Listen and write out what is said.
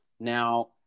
Now